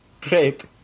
great